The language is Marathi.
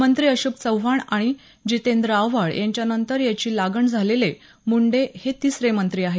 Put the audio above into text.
मंत्री अशोक चव्हाण आणि जितेंद्र आव्हाड यांच्या नंतर याची लागण झालेले मुंडे हे तिसरे मंत्री आहेत